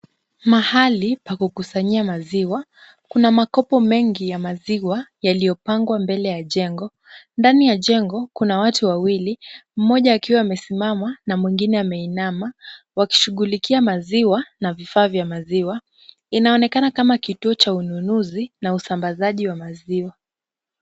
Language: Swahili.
Mahali pa kukusanyia maziwa. Kuna makopo mengi ya maziwa yaliyopangwa mbele ya jengo. Ndani ya jengo kuna watu wawili. Mmoja akiwa amesimama na mwingine ameinama wakishughulikia maziwa na vifaa vya maziwa. Inaonekana kama kituo cha ununuzi na usambazaji wa maziwa.